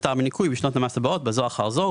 יותר בניכוי בשנות המס הבאות בזו אחר זו,